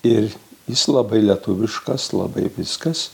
ir jis labai lietuviškas labai viskas